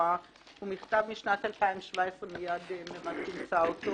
התחבורה הוא מכתב משנת 2017 מייד מרב תמצא אותו